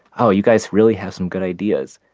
oh, you guys really have some good ideas.